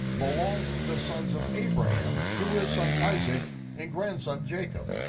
belongs to the sons of abraham, through his son isaac and grandson jacob.